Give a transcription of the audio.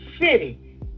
city